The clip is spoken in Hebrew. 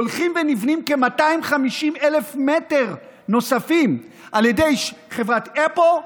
הולכים ונבנים כ-250,000 מטר נוספים על ידי חברת HIPPO,